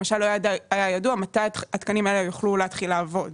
למשל לא היה ידוע מתי התקנים האלה יוכלו להתחיל לעבוד.